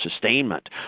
sustainment